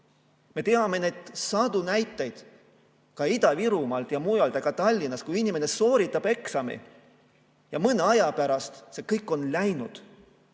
Me teame sadu näiteid Ida-Virumaalt ja mujalt, ka Tallinnast, et inimene sooritab eksami ja mõne aja pärast on see kõik läinud,